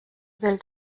welt